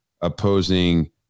opposing